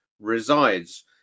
resides